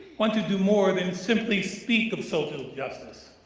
want to do more than simply speak of social justice.